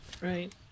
right